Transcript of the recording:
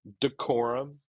Decorum